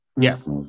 Yes